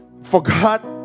forgot